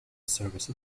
service